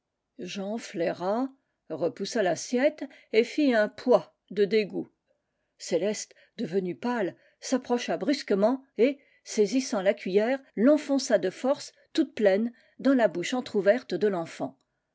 flaira repoussa l'assiette et fit un pouah de dégoût céleste devenue pâle s'approcha brusquement et saisissant la cuiller l'enfonça de force toute pleine dans la bouche entr'ouverte de l'enfant